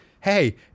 hey